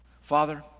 Father